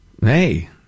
Hey